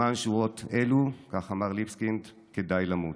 למען שורות אלו, כך אמר ליבסקינד, כדאי למות.